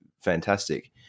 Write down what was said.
fantastic